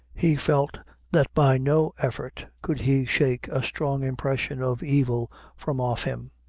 he felt that by no effort could he shake a strong impression of evil from off him.